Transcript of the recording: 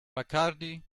bacardi